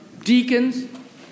deacons